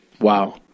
Wow